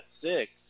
six